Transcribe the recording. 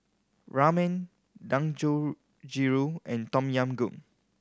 Ramen Dangojiru and Tom Yam Goong